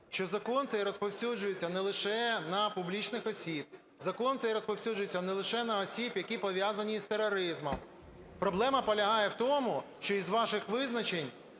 що закон цей розповсюджується не лише на публічних осіб. Закон цей розповсюджується не лише на осіб, які пов'язані з тероризмом. Проблема полягає в тому, що із ваших визначень